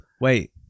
Wait